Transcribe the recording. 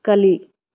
ಕಲಿ